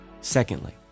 Secondly